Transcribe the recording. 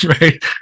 right